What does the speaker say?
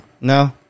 No